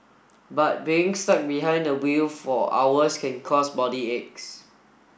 but being stuck behind the wheel for hours can cause body aches